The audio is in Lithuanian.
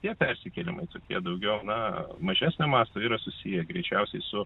tie persikėlimai tokie daugiau na mažesnio masto yra susiję greičiausiai su